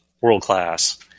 world-class